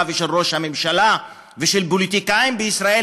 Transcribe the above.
ושל ראש הממשלה ושל פוליטיקאים בישראל,